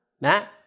Matt